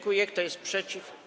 Kto jest przeciw?